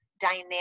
dynamic